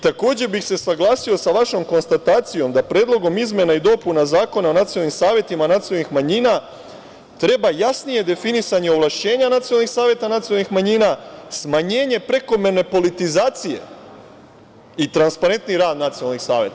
Takođe bih se saglasio sa vašom konstatacijom da predlogom izmena i dopuna Zakona o nacionalnim savetima nacionalnih manjina treba jasnije definisanje ovlašćenja nacionalnih saveta nacionalnih manjina, smanjenje prekomerne politizacije i transparentniji rad nacionalnih saveta.